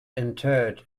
interred